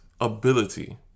ability